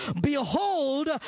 Behold